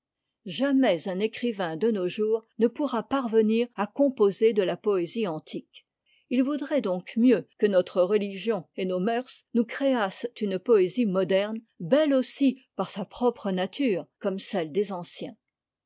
jamais un écrivain de nos jours ne pourra parvenir à composer de la poésie antique il vaudrait donc mieux que notre religion et nos moeurs nous créassent une poésie moderne belle aussi par sa propre nature comme celle des anciens